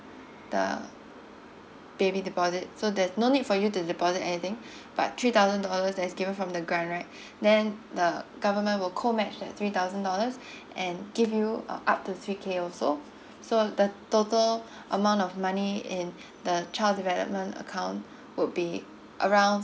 the baby deposit so there's no need for you to deposit anything but three thousand dollars that is given from the grant right then the government will co match that three thousand dollars and give you uh up to three K also so the total amount of money in the child development account would be around